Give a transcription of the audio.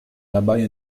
dabei